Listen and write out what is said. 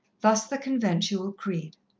thus the conventual creed.